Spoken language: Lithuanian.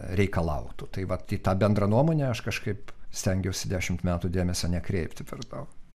reikalautų tai vat į tą bendrą nuomonę aš kažkaip stengiausi dešimt metų dėmesio nekreipti per daug